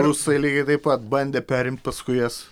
rusai lygiai taip pat bandė perimti paskui jas